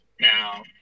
now